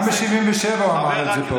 גם ב-77' הוא אמר את זה פה,